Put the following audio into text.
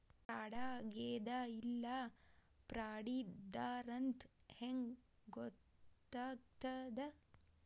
ಫ್ರಾಡಾಗೆದ ಇಲ್ಲ ಫ್ರಾಡಿದ್ದಾರಂತ್ ಹೆಂಗ್ ಗೊತ್ತಗ್ತದ?